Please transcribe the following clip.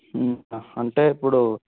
అంటే ఇప్పుడు